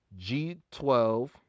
G12